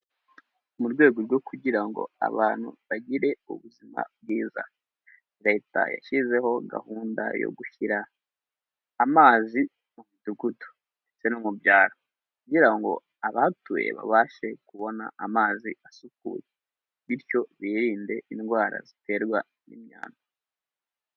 Mu rwego rwo kugira ngo abantu bagire ubuzima bwiza, leta yashyizeho gahunda yo gushyira amazi mu midugudu ndetse no mu byaro kugira ngo abahatuye babashe kubona amazi asukuye bityo birinde indwara ziterwa n'imyanda.